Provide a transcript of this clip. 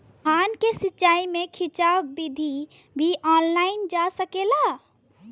धान के सिचाई में छिड़काव बिधि भी अपनाइल जा सकेला?